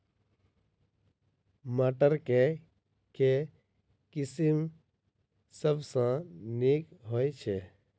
मटर केँ के किसिम सबसँ नीक होइ छै?